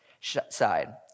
side